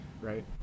right